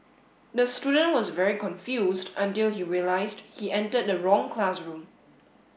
the student was very confused until he realised he entered the wrong classroom